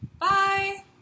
Bye